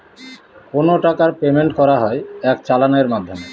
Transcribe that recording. কোনো টাকার পেমেন্ট করা হয় এক চালানের মাধ্যমে